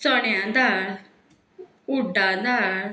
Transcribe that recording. चण्या दाळ उड्डां दाळ